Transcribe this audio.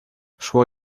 szło